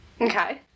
Okay